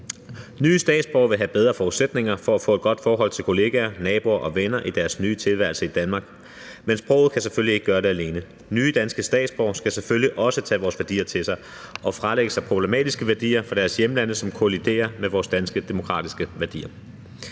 Nye statsborgere vil have bedre forudsætninger for at få et godt forhold til kollegaer, naboer og venner i deres nye tilværelse i Danmark, men sproget kan selvfølgelig ikke gøre det alene. Nye danske statsborgere skal selvfølgelig også tage vores værdier til sig og fralægge sig problematiske værdier fra deres hjemlande, som kolliderer med vores danske demokratiske værdier.